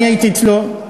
אני הייתי אצלו,